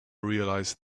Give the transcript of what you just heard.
realise